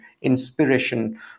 inspiration